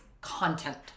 content